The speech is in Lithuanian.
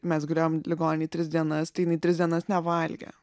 mes gulėjom ligoninėj tris dienas tai jinai tris dienas nevalgė